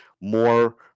more